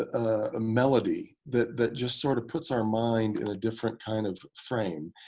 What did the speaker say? ah a melody, that that just sort of puts our mind in a different kind of frame.